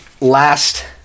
last